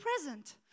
present